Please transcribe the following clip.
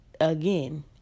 Again